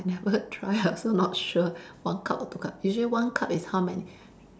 I never try I also not sure one cup or two cup usually one cup is how many